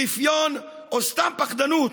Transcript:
רפיון או סתם פחדנות.